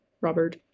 Robert